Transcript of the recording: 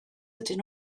ydyn